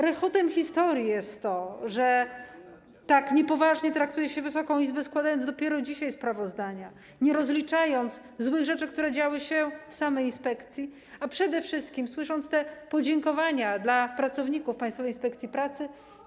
Rechotem historii jest to, że tak niepoważnie traktuje się Wysoką Izbę, składając dopiero dzisiaj sprawozdania, nie rozliczając złych rzeczy, które działy się w samej inspekcji, a przede wszystkim że słyszymy te podziękowania dla pracowników Państwowej Inspekcji Pracy.